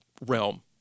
realm